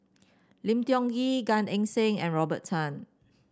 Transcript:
Lim Tiong Ghee Gan Eng Seng and Robert Tan